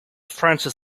francis